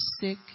sick